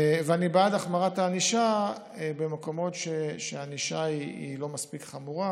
ואני בעד החמרת הענישה במקומות שהענישה לא מספיק חמורה.